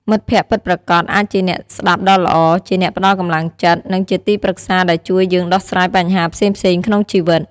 មិត្តភក្តិពិតប្រាកដអាចជាអ្នកស្ដាប់ដ៏ល្អ ជាអ្នកផ្ដល់កម្លាំងចិត្ត និងជាទីប្រឹក្សាដែលជួយយើងដោះស្រាយបញ្ហាផ្សេងៗក្នុងជីវិត។